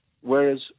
whereas